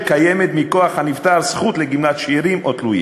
קיימת מכוח הנפטר זכות לגמלת שאירים או תלויים.